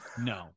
no